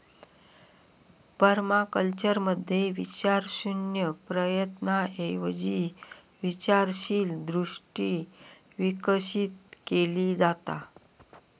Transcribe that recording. पर्माकल्चरमध्ये विचारशून्य प्रयत्नांऐवजी विचारशील दृष्टी विकसित केली जाता